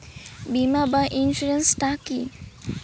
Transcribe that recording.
বিমা বা ইন্সুরেন্স টা কি?